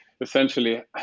essentially